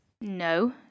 No